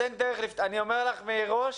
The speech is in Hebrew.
אין דרך לפתור אני אומר לך מראש